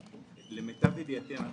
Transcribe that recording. למיטב ידיעתי אנחנו